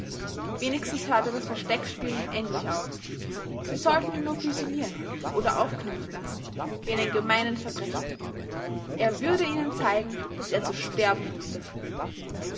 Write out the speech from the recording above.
wenigstens hörte das versteckenspielen endlich auf sie sollten ihn nur füsilieren oder aufknüpfen lassen wie einen gemeinen verbrecher er würde ihnen zeigen daß er zu sterben wußte